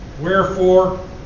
Wherefore